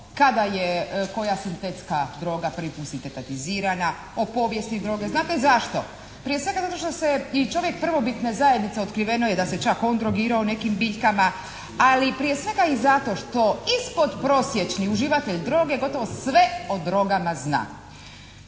kada je koja sintetska droga pri put sintetizirana, o povijesti droge. Znate zašto? Prije svega zato što se i čovjek prvobitne zajednice otkriveno je da se čak on drogirao nekim biljkama, ali prije svega i zato što ispod prosječni uživatelj droge gotovo sve o drogama zna.